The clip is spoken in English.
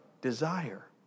desire